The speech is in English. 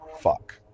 fuck